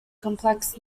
complex